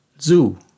zoo